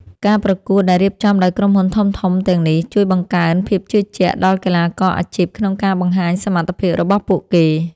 ការប្រកួតដែលរៀបចំដោយក្រុមហ៊ុនធំៗទាំងនេះ ជួយបង្កើនភាពជឿជាក់ដល់កីឡាករអាជីពក្នុងការបង្ហាញសមត្ថភាពរបស់ពួកគេ។